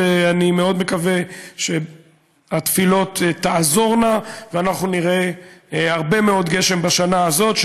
ואני מאוד מקווה שהתפילות תעזורנה ואנחנו נראה הרבה מאוד גשם בשנה הזאת,